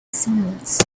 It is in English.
silence